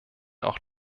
auch